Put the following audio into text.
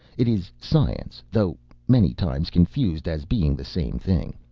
it is science, though many times confused as being the same thing.